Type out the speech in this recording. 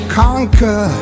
conquer